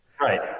right